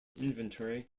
inventory